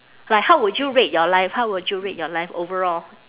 like how would you rate your life how would you rate your life overall